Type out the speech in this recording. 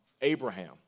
Abraham